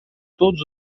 todos